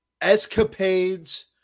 escapades